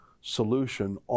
solution